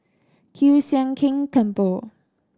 Kiew Sian King Temple